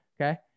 okay